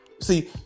See